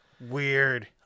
Weird